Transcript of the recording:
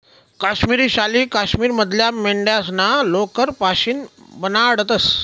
काश्मिरी शाली काश्मीर मधल्या मेंढ्यास्ना लोकर पाशीन बनाडतंस